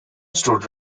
stood